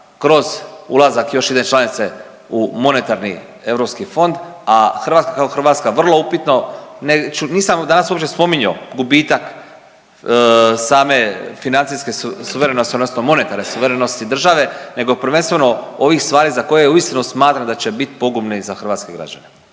kroz ulazak još jedne članice u monetarni europski fond, a Hrvatska kao Hrvatska vrlo upitno. Nisam danas uopće spominjao gubitak same financijske suverenosti odnosno monetarne suverenosti države nego prvenstveno ovih stvari za koje uistinu smatram da će bit pogubne i za hrvatske građane.